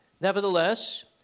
Nevertheless